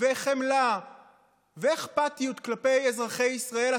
חמלה ואכפתיות כלפי אזרחי ישראל.